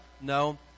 No